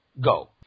Go